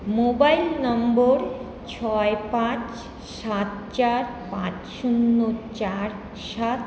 mobile number ছয় পাঁচ সাত চার পাঁচ শূন্য চার সাত